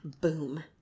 boom